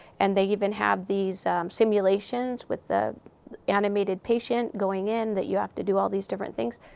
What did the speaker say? and they even have these simulations with the animated patient, going in, that you have to do all these different things.